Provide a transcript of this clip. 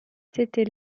c’était